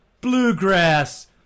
Bluegrass